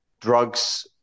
drugs